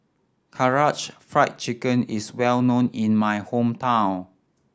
Karaage Fried Chicken is well known in my hometown